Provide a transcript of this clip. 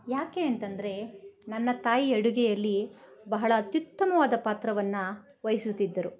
ಏಕೆ ಅಂತೆಂದ್ರೆ ನನ್ನ ತಾಯಿ ಅಡುಗೆಯಲ್ಲಿ ಬಹಳ ಅತ್ಯುತ್ತಮವಾದ ಪಾತ್ರವನ್ನು ವಹಿಸುತ್ತಿದ್ದರು